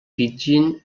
pidgin